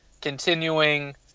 continuing